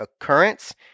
occurrence